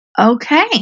Okay